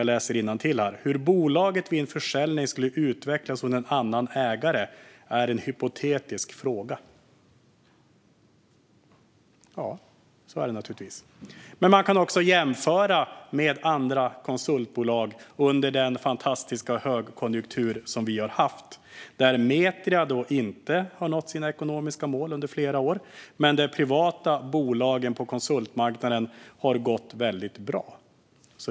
Jag läser innantill: "Hur bolaget vid en försäljning skulle utvecklas hos en annan ägare är en hypotetisk fråga." Ja, så är det naturligtvis. Men man kan jämföra med andra konsultbolag under den fantastiska högkonjunktur som vi har haft. Metria har inte nått sina ekonomiska mål under flera år, men de privata bolagen på konsultmarknaden har gått väldigt bra.